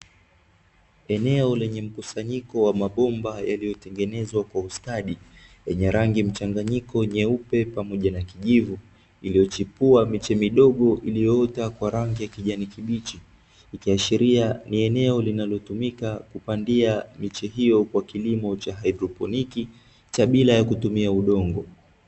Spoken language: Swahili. Eneo lenye mkusanyiko wa mabomba yaliyotengenezwa kwa ustadi, yenye rangi mchanganyiko nyeupe pamoja na kijivu, iliyochipua miche midogo iliyoota kwa rangi ya kijani kibichi. Ikiashiria ni eneo linalotumika kupandia miche hiyo kwa kilimo cha haidroponi, cha bila ya kutumia udongo.